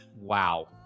Wow